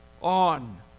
on